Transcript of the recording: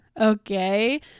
Okay